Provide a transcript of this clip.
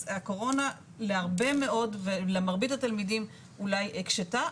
אז הקורונה למרבית התלמידים אולי הקשתה,